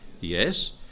Yes